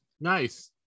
Nice